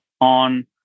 on